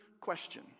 question